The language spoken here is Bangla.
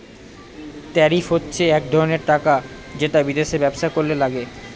ট্যারিফ হচ্ছে এক ধরনের টাকা যেটা বিদেশে ব্যবসা করলে লাগে